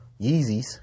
Yeezys